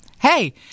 hey